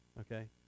okay